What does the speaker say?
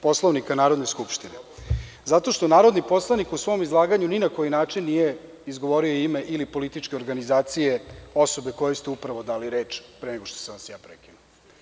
Poslovnika Narodne skupštine, zato što narodni poslanik u svom izlaganju ni na koji način nije izgovorio ime ili političke organizacije osobe kojoj ste upravo dali reč pre nego što sam vas ja prekinuo.